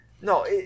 No